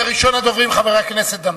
ראשון הדוברים, חבר הכנסת דנון,